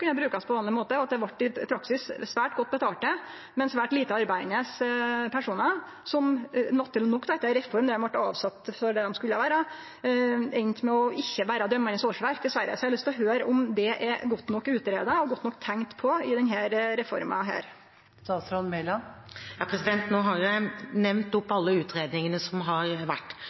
brukast på vanleg måte, og at det i praksis vart svært godt betalte, men svært lite arbeidande personar, som etter ei reform der dei vart avsette for det dei skulle vere, naturleg nok enda med ikkje å vere dømande årsverk, dessverre. Eg har lyst til å høyre om det er godt nok utgreidd og godt nok tenkt på i denne reforma. Nå har jeg nevnt alle utredningene som har vært, bl.a. domstolkommisjonen. Jeg vet at ikke alle har like stor tillit til dem – det har